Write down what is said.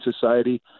Society